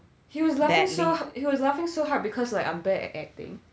he was laughing so he was laughing so hard because like I'm bad at acting